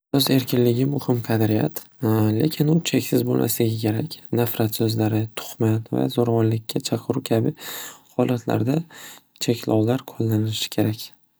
So'z erkinligi muhim qadriyat. Lekin u cheksiz bo'lmasligi kerak. Nafrat so'zlari, tuhmat va zo'ravonlikka chaqiruv kabi holatlarda cheklovlar qo'llanilishi kerak.